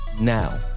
now